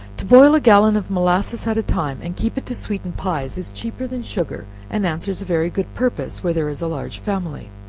to boil a gallon of molasses at a time, and keep it to sweeten pies, is cheaper than sugar, and answers a very good purpose, where there is a large family.